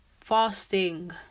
fasting